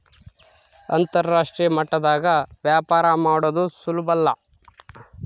ಅಂತರಾಷ್ಟ್ರೀಯ ಮಟ್ಟದಾಗ ವ್ಯಾಪಾರ ಮಾಡದು ಸುಲುಬಲ್ಲ